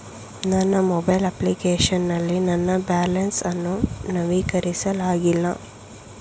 ನನ್ನ mobile application ನಲ್ಲಿ ನನ್ನ ಬ್ಯಾಲೆನ್ಸ್ ಅನ್ನು ನವೀಕರಿಸಲಾಗಿಲ್ಲ